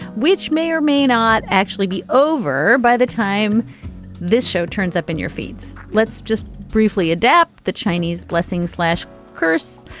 which may or may not actually be over by the time this show turns up in your feeds. let's just briefly adapt the chinese blessings slash curse.